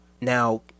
Now